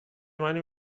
منو